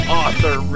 author